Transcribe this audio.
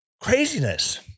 craziness